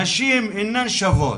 נשים אינן שוות.